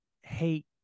hate